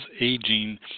aging